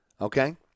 Okay